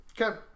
Okay